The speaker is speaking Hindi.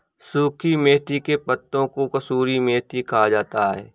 सुखी मेथी के पत्तों को कसूरी मेथी कहा जाता है